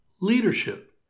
leadership